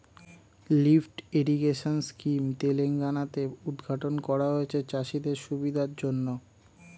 lift irrigation scheme Telangana তে উদ্ঘাটন করা হয়েছে চাষিদের সুবিধার জন্যে